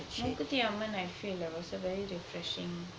Mookuthi அம்மன்:mookuthi amman I feel lah also very refreshing